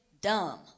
dumb